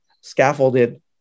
scaffolded